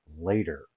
later